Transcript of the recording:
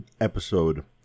episode